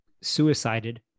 suicided